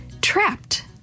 Trapped